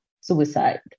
suicide